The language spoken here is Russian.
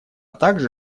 также